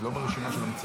היא לא ברשימה של המציגים.